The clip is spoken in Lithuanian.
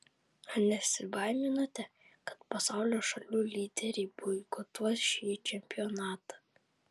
ar nesibaiminate kad pasaulio šalių lyderiai boikotuos šį čempionatą